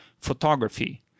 photography